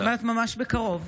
זאת אומרת ממש בקרוב?